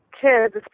kids